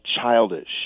childish